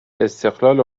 استقلال